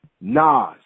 Nas